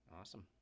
Awesome